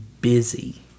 busy